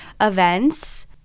events